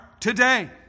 Today